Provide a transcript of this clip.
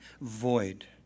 void